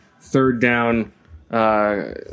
third-down